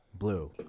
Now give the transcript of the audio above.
blue